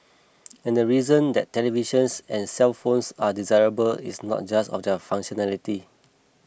and the reason that televisions and cellphones are desirable is not just of their functionality